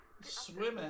swimming